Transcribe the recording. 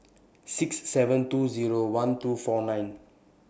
six seven two Zero one two four nine